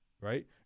Right